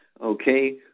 Okay